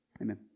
Amen